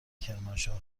کرمانشاه